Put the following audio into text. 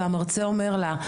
והמרצה אומר לה: